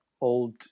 old